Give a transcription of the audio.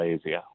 easier